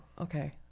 okay